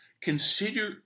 Consider